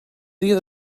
dia